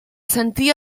sentia